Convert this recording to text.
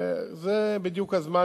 וזה בדיוק הזמן,